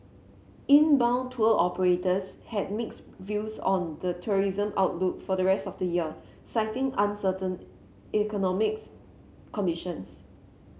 inbound tour operators had mixed views on the tourism outlook for the rest of the year citing uncertain economics conditions